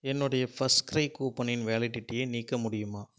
என்னுடைய first cry கூப்பனின் வேலிடிட்டியை நீக்க முடியுமா